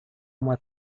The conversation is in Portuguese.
uma